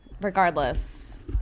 Regardless